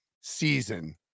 season